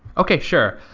okay, sure.